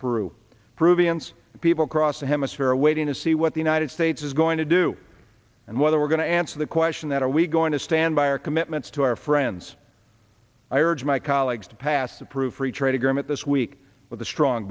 once people cross the hemisphere are waiting to see what the united states is going to do and whether we're going to answer the question that are we going to stand by our commitments to our friends i urge my colleagues to pass the proof free trade agreement this week with a strong